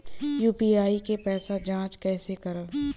UPI के पैसा क जांच कइसे करब?